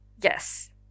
Yes